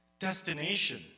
Destination